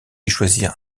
choisir